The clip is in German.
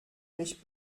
mich